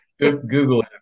google